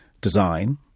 design